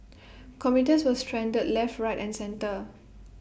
commuters were stranded left right and centre